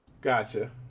Gotcha